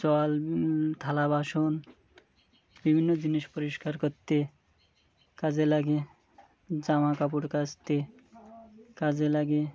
জল থালা বাসন বিভিন্ন জিনিস পরিষ্কার করতে কাজে লাগে জামাকাপড় কাচতে কাজে লাগে